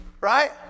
Right